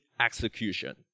execution